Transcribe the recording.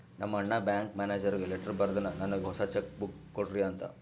ನಮ್ ಅಣ್ಣಾ ಬ್ಯಾಂಕ್ ಮ್ಯಾನೇಜರ್ಗ ಲೆಟರ್ ಬರ್ದುನ್ ನನ್ನುಗ್ ಹೊಸಾ ಚೆಕ್ ಬುಕ್ ಕೊಡ್ರಿ ಅಂತ್